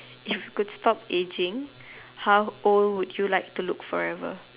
if you could stop aging how old would you like to look forever